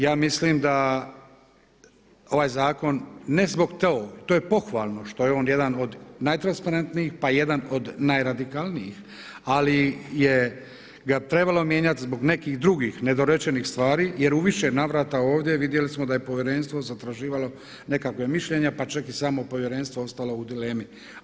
Ja mislim da ovaj zakon ne zbog tog, to je pohvalno što je on jedan od najtransparentnijih, pa jedan od najradikalnijih, ali bi ga trebalo mijenjati zbog nekih drugih nedorečenih stvari jer u više navrata ovdje vidjeli smo da je povjerenstvo zatraživalo nekakva mišljenja pa čak je i samo povjerenstvo ostalo u dilemi.